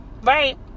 right